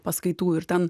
paskaitų ir ten